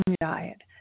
diet